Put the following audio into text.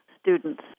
students